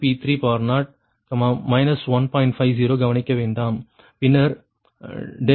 50 கவனிக்க வேண்டாம் பின்னர் ∆2 0